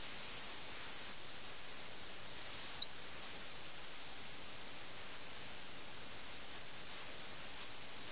മിറിന്റെ വീട്ടിൽ അവർ ഈ ചെസ്സ് കളി കളിക്കുമ്പോൾ ഒരു സന്ദർശകൻ എത്തുന്നു വാസ്തവത്തിൽ രാജാവ് പറഞ്ഞയച്ച ഒരു ദൂതൻ രാജാവ് യജമാനനെ പ്രതീക്ഷിക്കുന്നുവെന്ന് ദൂതൻ മിറിന്റെ ദാസനോട് പറയുന്നു